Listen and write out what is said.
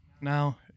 Now